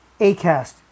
Acast